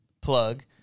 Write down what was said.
plug